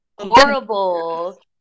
Horrible